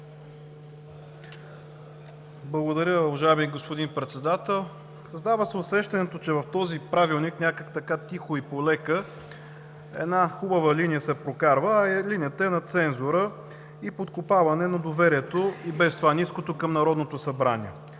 Благодаря, уважаеми господин Председател. Създава се усещането, че в този Правилник някак тихо и полека се прокарва една „хубава“ линия – линията на цензура и подкопаване на доверието, и без това ниско към Народното събрание.